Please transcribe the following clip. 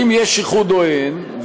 אם יש איחוד או אין,